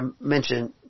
mentioned